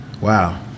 Wow